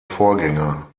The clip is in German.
vorgänger